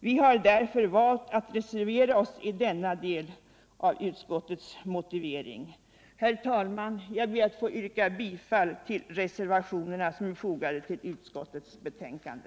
Vi har därför valt att reservera oss mot denna del av utskottets motivering. Herr talman! Jag ber att få yrka bifall till reservationerna som är fogade till utskottets betänkande.